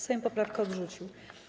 Sejm poprawkę odrzucił.